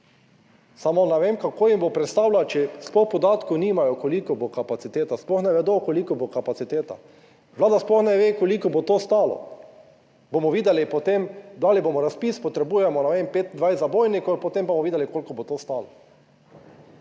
samo ne vem, kako jim bo predstavila, če sploh podatkov nimajo, koliko bo kapaciteta, sploh ne vedo, koliko bo kapaciteta. Vlada sploh ne ve, koliko bo to stalo. Bomo videli potem, dali bomo razpis, potrebujemo, ne vem, 25 zabojnikov, potem bomo videli, koliko bo to stalo.